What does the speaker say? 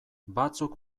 batzuk